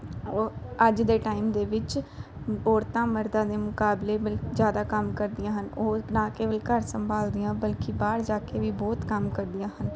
ਉਹ ਅੱਜ ਦੇ ਟਾਈਮ ਦੇ ਵਿੱਚ ਔਰਤਾਂ ਮਰਦਾਂ ਦੇ ਮੁਕਾਬਲੇ ਬਿਲ ਜ਼ਿਆਦਾ ਕੰਮ ਕਰਦੀਆਂ ਹਨ ਉਹ ਨਾ ਕੇਵਲ ਘਰ ਸੰਭਾਲਦੀਆਂ ਬਲਕਿ ਬਾਹਰ ਜਾ ਕੇ ਵੀ ਬਹੁਤ ਕੰਮ ਕਰਦੀਆਂ ਹਨ